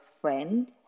friend